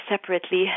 separately